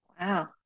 wow